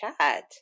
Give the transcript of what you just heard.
chat